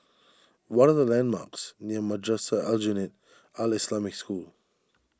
what are the landmarks near Madrasah Aljunied Al Islamic School